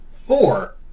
Four